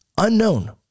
unknown